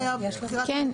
כן,